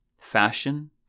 Fashion